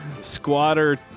Squatter